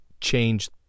change